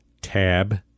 tab